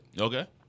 Okay